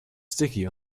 sticky